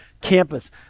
campus